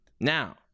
Now